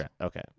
Okay